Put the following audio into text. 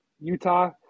Utah